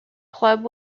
club